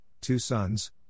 Two-Sons